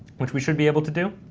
which we should be able to do.